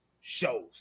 shows